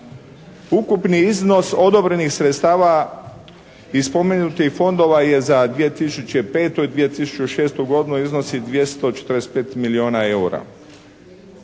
Ukupni iznos odobrenih sredstava i spomenutih fondova je za 2005. i 2006. godinu iznosi 245 milijuna eura.